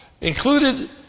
Included